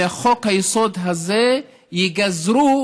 מחוק-היסוד הזה ייגזרו